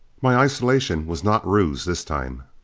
my isolation was not ruse this time.